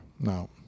No